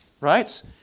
right